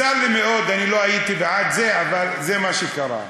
צר לי מאוד, אני לא הייתי בעד זה, אבל זה מה שקרה.